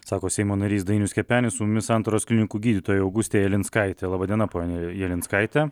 sako seimo narys dainius kepenis su mumis santaros klinikų gydytoja augustė jelinskaitė laba diena ponia jelinskaite